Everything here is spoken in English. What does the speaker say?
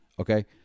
Okay